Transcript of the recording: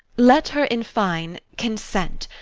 let her in fine consent,